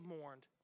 mourned